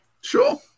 sure